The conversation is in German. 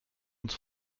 uns